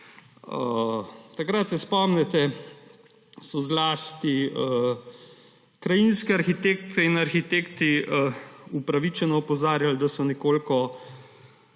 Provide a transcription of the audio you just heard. Takrat, se spomnite, so zlasti krajinske arhitektke in arhitekti upravičeno opozarjali, da so nekoliko